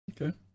Okay